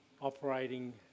operating